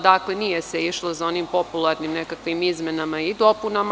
Dakle, nije se išlo za onim popularnim nekakvim izmenama i dopunama.